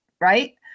Right